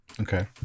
okay